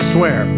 Swear